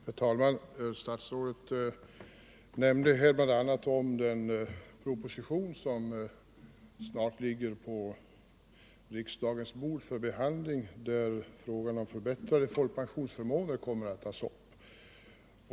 Herr talman! Statsrådet nämnde bl.a. den proposition, som snart ligger på riksdagens bord för behandling, där frågan om förbättrade folkpensionsförmåner tas upp.